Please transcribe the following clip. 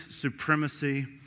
supremacy